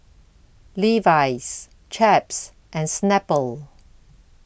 Levi's Chaps and Snapple